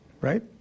right